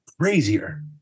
crazier